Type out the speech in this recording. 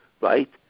right